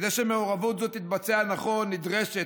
כדי שמעורבות זו תתבצע נכון נדרשת,